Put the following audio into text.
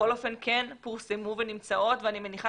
הן בכל אופן כן פורסמו ונמצאות ואני מניחה